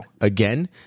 Again